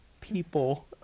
people